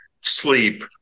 sleep